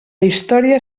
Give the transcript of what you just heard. història